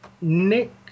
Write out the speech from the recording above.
Nick